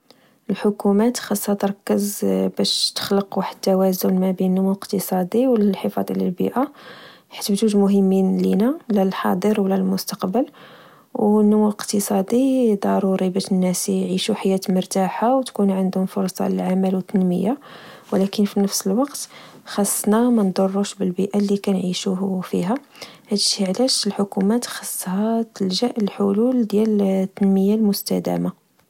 الحكومات خاصها تركز باش تخلق واحد التوازن مبين النمو الاقتصادي والحفاظ على البيئة، حيث بجوج مهمين لنا للحاضر ولا المستقبل. والنمو الاقتصادي ضروري باش الناس يعيشو حياة مرتاحة وتكون عندهم فرص للعمل والتنمية، ولكن فالنفس الوقت، خاصنا ما نضروش بالبيئة اللي كنعيشو فيها. هاد الشي علاش الحكومات خاصها تلجأ لحلول ديال التنمية المستدامة.